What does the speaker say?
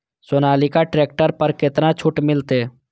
Sonalika tractor पर केतना छूट मिलते?